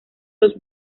los